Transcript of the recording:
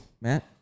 Matt